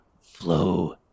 flow